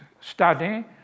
study